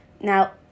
now